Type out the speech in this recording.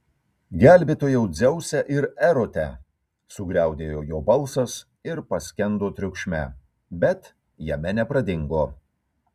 gelbėtojau dzeuse ir erote sugriaudėjo jo balsas ir paskendo triukšme bet jame nepradingo